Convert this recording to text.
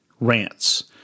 rants